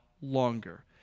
longer